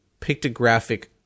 pictographic